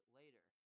later